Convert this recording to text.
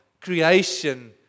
creation